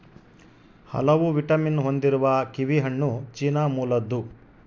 ಹಲವು ವಿಟಮಿನ್ ಹೊಂದಿರುವ ಕಿವಿಹಣ್ಣು ಚೀನಾ ಮೂಲದ್ದು